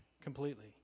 completely